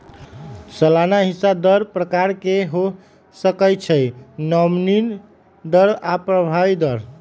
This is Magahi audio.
सलाना हिस्सा दर प्रकार के हो सकइ छइ नॉमिनल दर आऽ प्रभावी दर